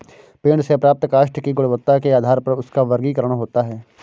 पेड़ से प्राप्त काष्ठ की गुणवत्ता के आधार पर उसका वर्गीकरण होता है